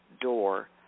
door